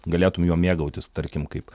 galėtum juo mėgautis tarkim kaip